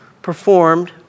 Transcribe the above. Performed